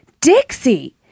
Dixie